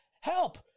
help